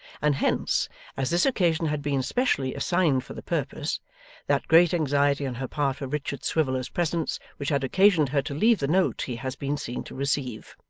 and hence as this occasion had been specially assigned for the purpose that great anxiety on her part for richard swiveller's presence which had occasioned her to leave the note he has been seen to receive.